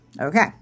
Okay